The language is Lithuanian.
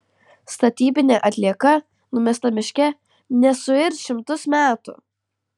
statybinė atlieka numesta miške nesuirs šimtus metų